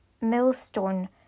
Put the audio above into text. millstone